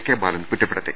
K Balan കുറ്റപ്പെടുത്തി